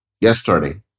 yesterday